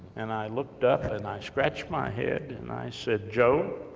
and i looked up, and i scratched my head, and i said joe,